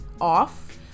off